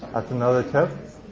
that's another tip.